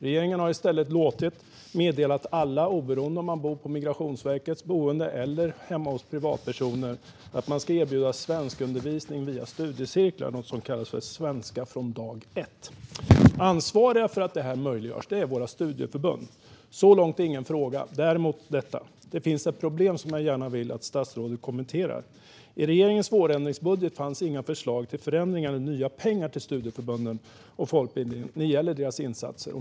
Regeringen har i stället låtit meddela att alla, oberoende av om man bor på Migrationsverkets boenden eller hemma hos privatpersoner, ska erbjudas svenskundervisning via studiecirklar, något som kallas för Svenska från dag ett. Ansvariga för att detta möjliggörs är våra studieförbund. Så långt har jag ingen fråga, men det finns ett problem som jag gärna vill att statsrådet kommenterar. I regeringens vårändringsbudget fanns inga förslag till förändringar eller nya pengar till studieförbunden och folkbildningen när det gäller deras insatser.